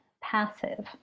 passive